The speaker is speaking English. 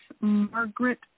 Margaret